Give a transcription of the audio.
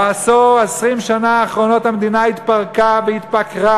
ב-10 20 השנה האחרונות המדינה התפרקה והתפקרה